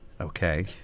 Okay